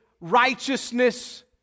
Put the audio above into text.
righteousness